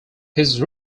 his